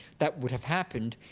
that would have happened.